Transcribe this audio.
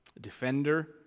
defender